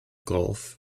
gulf